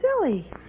silly